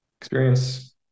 experience